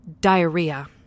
diarrhea